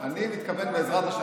בעזרת השם,